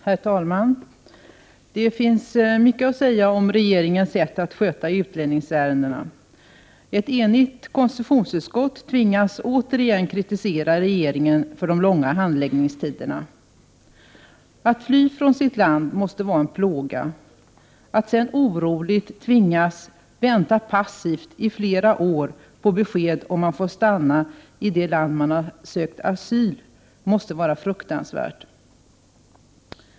Herr talman! Det finns mycket att säga om regeringens sätt att sköta utlänningsärenden. Ett enigt konstitutionsutskott tvingas återigen kritisera regeringen för de långa handläggningstiderna. Att fly från sitt land måste vara en plåga — att sedan oroligt tvingas vänta passivt i flera år på besked om ifall man får stanna i det land där man sökt asyl, måste vara fruktansvärt.